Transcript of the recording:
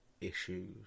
issues